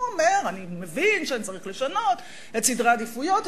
הוא אומר: אני מבין שאני צריך לשנות את סדרי העדיפויות,